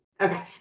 Okay